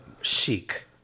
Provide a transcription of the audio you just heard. chic